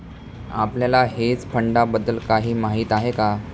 आपल्याला हेज फंडांबद्दल काही माहित आहे का?